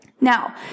Now